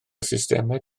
systemau